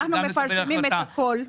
אנחנו מפרסמים את הכול,